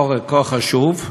עורק כה חשוב.